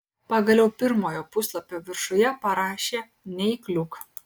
pagaliau pirmojo puslapio viršuje parašė neįkliūk